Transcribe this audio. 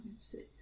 six